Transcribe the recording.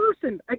person